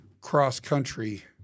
cross-country